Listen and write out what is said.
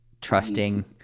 trusting